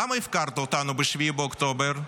למה הפקרת אותנו ב-7 באוקטובר,